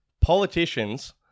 politicians